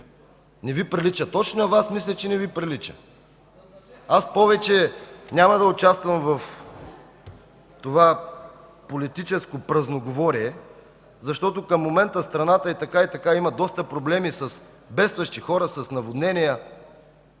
Не Ви прилича! Точно на Вас, мисля, че не Ви прилича. Повече няма да участвам в това политическо празноговорие, защото в момента страната така и така има доста проблеми с бедстващи хора, с наводнения,